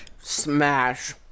Smash